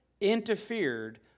interfered